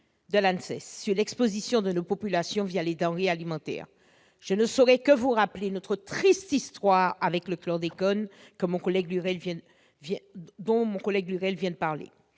de l'ANSES sur l'exposition de nos populations les denrées alimentaires. Je vous rappelle notre triste histoire avec le chlordécone, dont mon collègue Victorin Lurel vient de parler